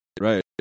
Right